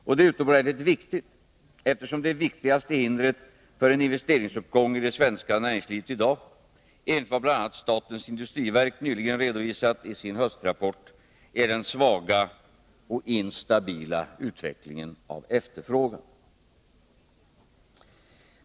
Och detta är utomordentligt viktigt, eftersom det viktigaste hindret för en investeringsuppgång i det svenska näringslivet i dag — enligt vad bl.a. statens industriverk nyligen redovisat i sin höstrapport — är den svaga och instabila utvecklingen av efterfrågan.